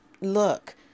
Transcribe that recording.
Look